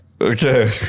okay